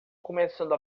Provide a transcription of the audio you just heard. começando